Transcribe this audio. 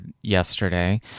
yesterday